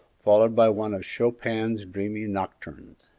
followed by one of chopin's dreamy nocturnes.